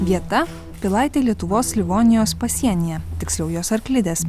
vieta pilaitė lietuvos livonijos pasienyje tiksliau jos arklidės